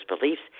beliefs